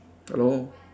hello